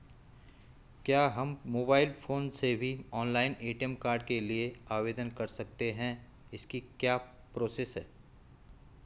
क्या हम mobile phone से भी ऑनलाइन ए.टी.एम कार्ड के लिए आवेदन कर सकते हैं इसकी क्या प्रोसेस है?